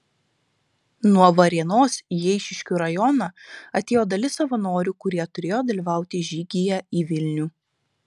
nuo varėnos į eišiškių rajoną atėjo dalis savanorių kurie turėjo dalyvauti žygyje į vilnių